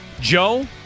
Joe